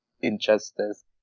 injustice